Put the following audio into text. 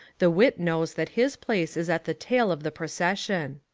the wit knows that his place is at the tail of the procession.